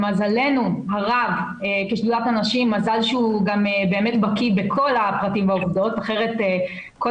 למזלנו הרב מזל שאתה בקי בכל הנושאים האלה כי אחרת כל